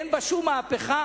אין בה שום מהפכה,